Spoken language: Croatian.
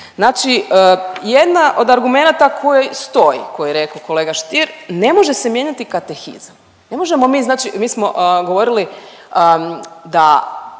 Znači jedna od argumenata koji stoji, koji je rekao kolega Stier, ne može se mijenjati Katehizam, ne možemo mi znači mi smo govorili da